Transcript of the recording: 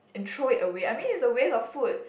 and throw it away I mean it's a waste of food